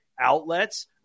outlets